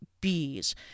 bees